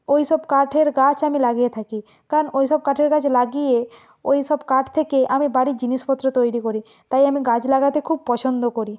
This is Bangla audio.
ওই সব কাঠের গাছ আমি লাগিয়ে থাকি কারণ ওই সব কাঠের গাছ লাগিয়ে ওই সব কাঠ থেকে আমি বাড়ির জিনিসপত্র তৈরি করি তাই আমি গাছ লাগাতে খুব পছন্দ করি